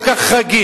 כל כך רגיש,